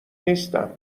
نیستم